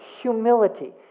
Humility